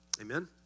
Amen